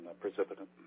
precipitant